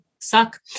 suck